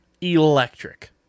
Electric